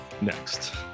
next